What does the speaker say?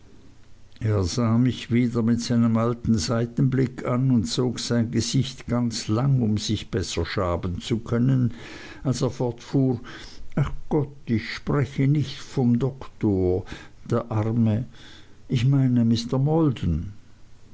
er sah mich wieder mit seinem alten seitenblick an und zog sein gesicht ganz lang um sich besser schaben zu können als er fortfuhr ach gott ich spreche nicht vom doktor der arme ich meine mr maldon